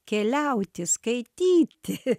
keliauti skaityti